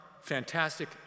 fantastic